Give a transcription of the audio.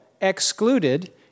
excluded